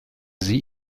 sie